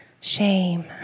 shame